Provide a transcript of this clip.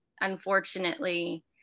Unfortunately